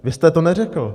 Vy jste to neřekl.